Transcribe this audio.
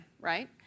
right